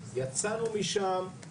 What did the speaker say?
יצאנו משם,